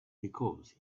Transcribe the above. because